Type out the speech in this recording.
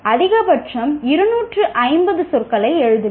அதிகபட்சம் 250 சொற்களை எழுதுங்கள்